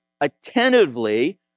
attentively